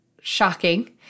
shocking